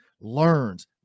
learns